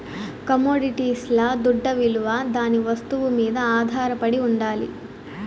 కమొడిటీస్ల దుడ్డవిలువ దాని వస్తువు మీద ఆధారపడి ఉండాలి